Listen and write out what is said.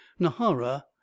Nahara